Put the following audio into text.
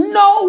no